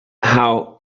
how